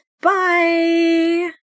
Bye